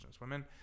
women